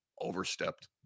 overstepped